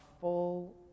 full